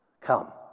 Come